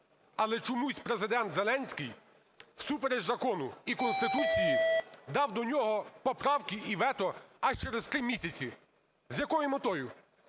але чомусь Президент Зеленський всупереч закону і Конституції дав до нього поправки і вето аж через три місяці. З якою метою?